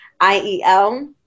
I-E-L